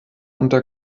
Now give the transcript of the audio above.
unter